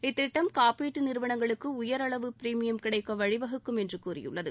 இத்திட்டம் காப்பீட்டு நிறுவனங்களுக்கு உயர் அளவு பிரிமீயம் கிடைக்க் வழிவகுக்கும் என்று கூறியுள்ளது